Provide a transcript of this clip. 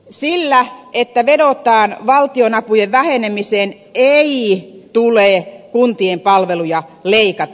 sillä että vedotaan valtionapujen vähenemiseen ei tule kuntien palveluja leikata